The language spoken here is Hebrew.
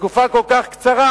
בתקופה כל כך קצרה?